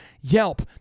Yelp